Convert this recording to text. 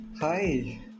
hi